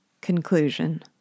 Conclusion